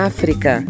África